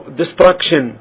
destruction